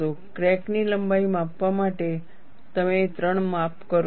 crack ની લંબાઈને માપવા માટે તમે 3 માપો કરો છો